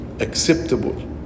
acceptable